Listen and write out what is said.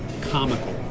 comical